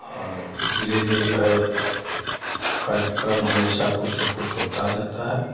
और ज़िले में जो है कार्यक्रम हमेशा कुछ न कुछ होता रहता है